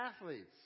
athletes